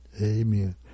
Amen